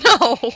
No